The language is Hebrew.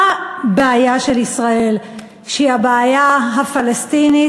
הבעיה של ישראל שהיא הבעיה הפלסטינית,